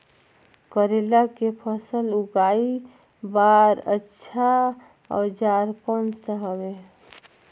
करेला के फसल उगाई बार अच्छा औजार कोन सा हवे?